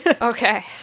Okay